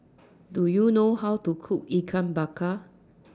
Do YOU know How to Cook Ikan Bakar